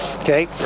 okay